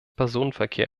personenverkehr